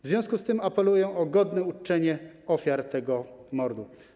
W związku z tym apeluję o godne uczczenie ofiar tego mordu.